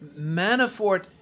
Manafort